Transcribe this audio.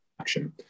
action